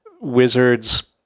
wizards